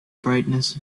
brightness